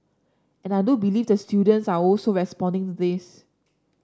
and I do believe the students are also responding to this